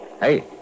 Hey